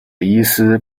医师